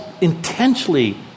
intentionally